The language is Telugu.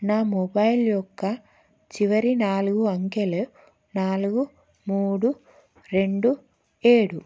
నా మొబైల్ యొక్క చివరి నాలుగు అంకెలు నాలుగు మూడు రెండు ఏడు